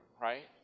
right